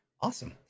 Awesome